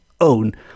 own